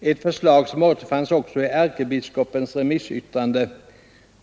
ett förslag som återfanns också i Ärkebiskopens remissyttrande.